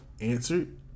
answered